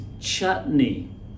chutney